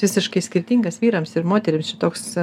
visiškai skirtingas vyrams ir moterims čia toks